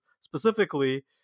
specifically